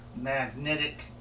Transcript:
magnetic